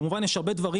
כמובן יש הרבה דברים